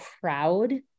proud